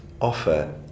offer